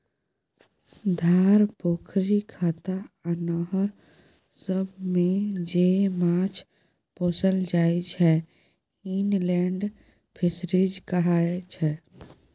धार, पोखरि, खत्ता आ नहर सबमे जे माछ पोसल जाइ छै इनलेंड फीसरीज कहाय छै